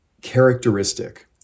characteristic